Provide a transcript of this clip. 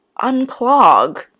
unclog